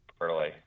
early